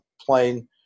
plane